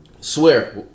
Swear